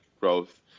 growth